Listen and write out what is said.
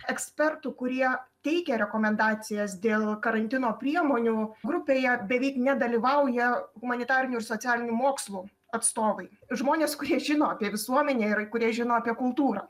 ekspertų kurie teikia rekomendacijas dėl karantino priemonių grupėje beveik nedalyvauja humanitarinių ir socialinių mokslų atstovai žmonės kurie žino apie visuomenę ir kurie žino apie kultūrą